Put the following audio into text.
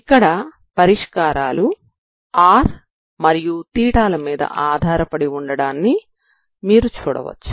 ఇక్కడ పరిష్కారాలు r మరియు θ ల మీద ఆధారపడి ఉండడాన్ని మీరు చూడవచ్చు